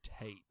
tape